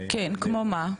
כן כמו מה?